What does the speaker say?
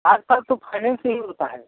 आज कल तो फ़ाइनेंस में ही होता है